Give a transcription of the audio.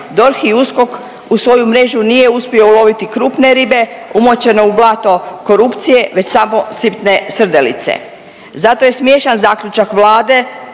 DORH i USKOK u svoju mrežu nije uspio uloviti krupne ribe umočene u blato korupcije već samo sitne srdelice. Zato je smiješan zaključak Vlade